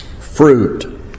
fruit